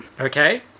Okay